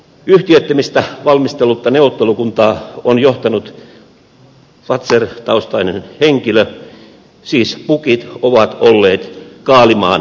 yhtiöittämistä valmistellutta neuvottelukuntaa on johtanut fazer taustainen henkilö siis pukit ovat olleet kaalimaan vahteina